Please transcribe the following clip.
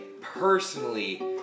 personally